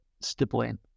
stippling